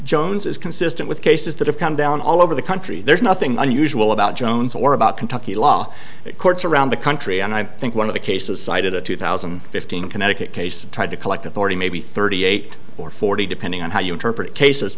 jones is consistent with cases that have come down all over the country there's nothing unusual about jones or about kentucky law courts around the country and i think one of the cases cited a two thousand and fifteen connecticut case tried to collect authority maybe thirty eight or forty depending on how you interpret cases